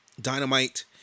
Dynamite